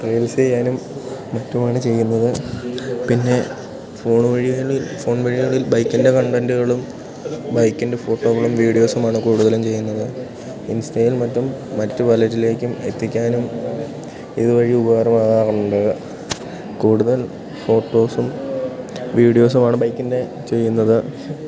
reels ചെയ്യാനും മറ്റുമാണ് ചെയ്യുന്നത് പിന്നെ ഫോൺ വഴികളിൽ ഫോൺ വഴികളിൽ ബൈക്കിൻ്റെ കണ്ടൻറ്റുകളും ബൈക്കിൻ്റെ ഫോട്ടോകളും വീഡിയോസുമാണ് കൂടുതലും ചെയ്യുന്നത് ഇൻസ്റ്റയിൽ മറ്റും മറ്റു വല്ലതിലേക്കും എത്തിക്കാനും ഇതു വഴി ഉപകാരമാകാറുണ്ട് കൂടുതൽ ഫോട്ടോസും വീഡിയോസുമാണ് ബൈക്കിൻ്റെ ചെയ്യുന്നത്